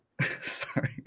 sorry